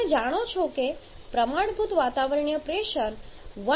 તમે જાણો છો કે પ્રમાણભૂત વાતાવરણીય પ્રેશર 1